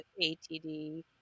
ATD